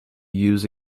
use